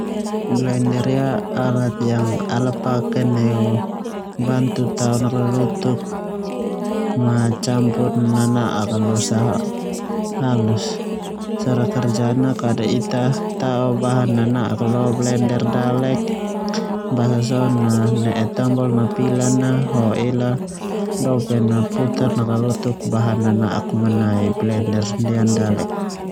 Blender ia alat yang al paken neu tao nakalulutuk nana'ak a loa bangna'uk. Cara kerja na kada ita tau bahan nana'ak lo blender dale basa so na ne'e tombok napila na ela dopen na kee nakalulutuk bahan nana'ak nai blender ndia dalek.